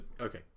okay